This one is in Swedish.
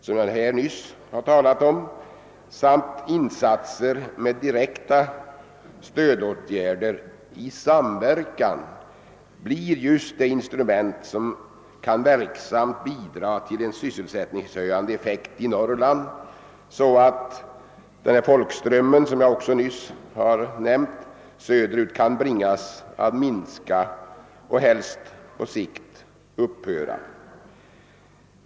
Det kan hända att sådana generella åtgärder insatta i samverkan med direkta stödåtgärder blir just det instrument som verksamt kan bidra till en ökad sysselsättning i Norrland, så att folkströmmen söderut kan bringas att minska och: heist, på sikt, att upphöra.